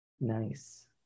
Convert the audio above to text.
Nice